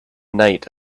night